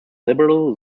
liberal